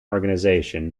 organization